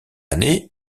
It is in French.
année